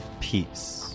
peace